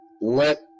let